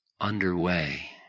underway